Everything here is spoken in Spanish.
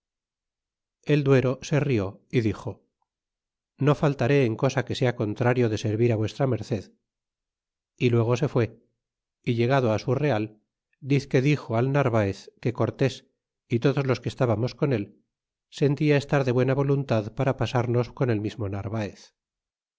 el duero se rió y dixo no faltaré en cosa que sea contrario de servir v m y luego se fué y llegado á su real dizque dixo al narvaez que cortés y todos los que estábamos con él sentia estar de buena voluntad para pasarnos con el mismo narvaez